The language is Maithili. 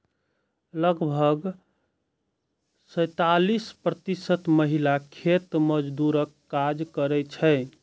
लगभग सैंतालिस प्रतिशत महिला खेत मजदूरक काज करै छै